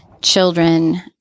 children